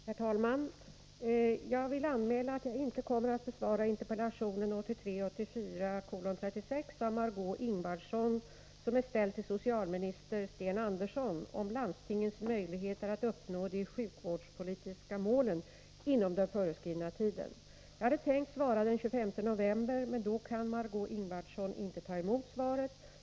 Herr talman! Jag vill anmäla att jag inte kommer att besvara Margö Ingvardssons interpellation om landstingens möjligheter att uppnå de sjukvårdspolitiska målen, som är ställd till socialminister Sten Andersson, inom föreskriven tid. Jag hade tänkt svara den 25 november, men då kan Margö Ingvardsson inte ta emot svaret.